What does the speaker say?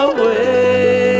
Away